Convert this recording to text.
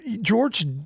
George